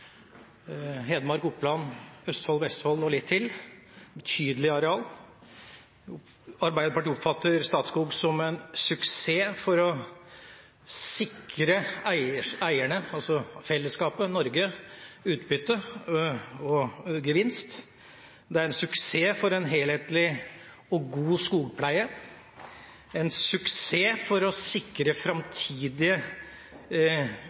Hedmark, Oppland, Østfold, Vestfold og litt til – et betydelig areal. Arbeiderpartiet oppfatter Statskog som en suksess for å sikre eierne, altså fellesskapet, Norge, utbytte og gevinst. Det er en suksess for en helhetlig og god skogpleie, en suksess for å sikre framtidige